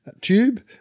tube